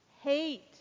hate